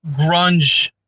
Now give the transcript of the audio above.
grunge